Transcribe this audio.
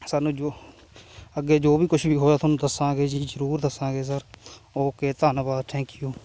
ਸਾਨੂੰ ਜੋ ਅੱਗੇ ਜੋ ਵੀ ਕੁਛ ਵੀ ਹੋਇਆ ਤੁਹਾਨੂੰ ਦੱਸਾਂਗੇ ਜੀ ਜ਼ਰੂਰ ਦੱਸਾਂਗੇ ਸਰ ਓਕੇ ਧੰਨਵਾਦ ਥੈਂਕ ਯੂ